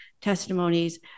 testimonies